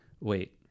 wait